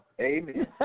Amen